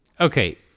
Okay